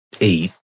eight